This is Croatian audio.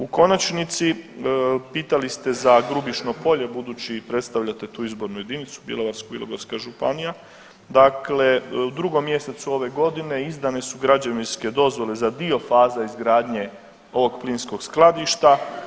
U konačnici, pitali ste za Grubišno polje budući predstavljate tu izbornu jedinicu Bjelovarsko-bilogorska županija, dakle u drugom mjesecu ove godine izdane su građevinske dozvole za dio faze izgradnje ovog plinskog skladišta.